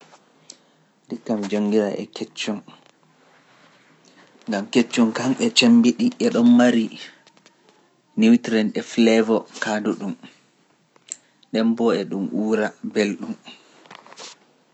igga mi naftira e keccun. gam keccum e mari nutrients e flavor kaandudun, ndenbo e dun uura urugol bonngol